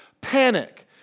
panic